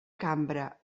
cambra